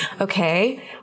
Okay